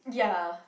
ya